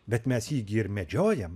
bet mes jį gi ir medžiojam